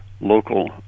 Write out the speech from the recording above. local